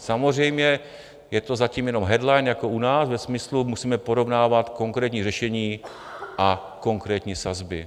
Samozřejmě je to zatím jenom headline jako u nás ve smyslu: musíme porovnávat konkrétní řešení a konkrétní sazby.